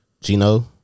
Gino